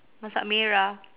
masak merah